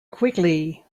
quickly